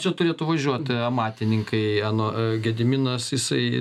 čia turėtų važiuot amatininkai ano gediminas jisai